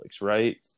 right